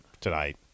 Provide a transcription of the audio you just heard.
Tonight